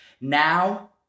now